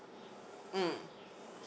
mm